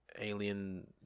alien